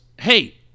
hey